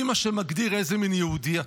היא מה שמגדיר איזה מין יהודי אתה.